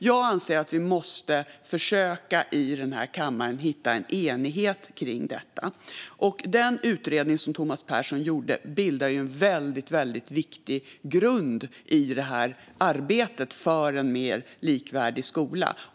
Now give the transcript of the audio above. Jag anser att vi i den här kammaren måste försöka att hitta en enighet kring detta, och den utredning som Thomas Persson gjorde bildar en väldigt viktig grund i arbetet för en mer likvärdig skola.